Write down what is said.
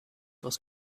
was